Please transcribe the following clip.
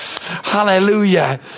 Hallelujah